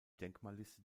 denkmalliste